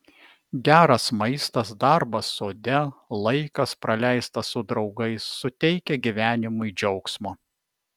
geras maistas darbas sode laikas praleistas su draugais suteikia gyvenimui džiaugsmo